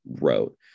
wrote